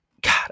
God